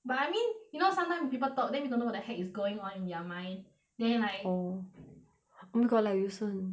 but I mean you know sometimes people talk then you don't know what the heck is going on in their mind then like oh oh my god like wilson